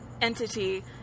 entity